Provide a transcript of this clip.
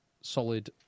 solid